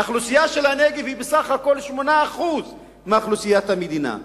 האוכלוסייה של הנגב היא בסך הכול 8% מאוכלוסיית המדינה.